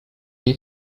get